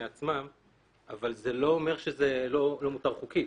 עצמם אבל זה לא אומר שזה לא מותר חוקית.